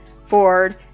Ford